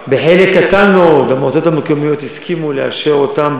בחלק קטן מאוד המועצות המקומיות הסכימו לאשר אותן.